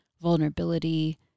vulnerability